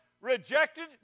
rejected